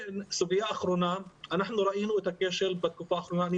סוגיה אחרונה אנחנו ראינו את הכשל בתקופה האחרונה ואני